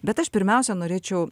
bet aš pirmiausia norėčiau